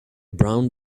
brown